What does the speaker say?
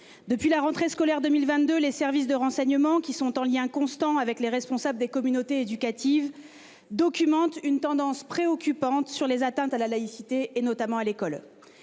Depuis la rentrée scolaire 2022. Les services de renseignements qui sont en lien constant avec les responsables des communautés éducative documente une tendance préoccupante sur les atteintes à la laïcité et notamment à l'école.